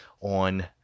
on